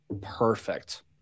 perfect